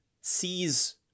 sees